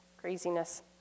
craziness